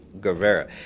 Guevara